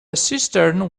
cistern